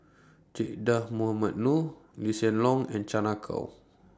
Che Dah Mohamed Noor Lee Hsien Loong and Chan Ah Kow